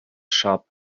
shop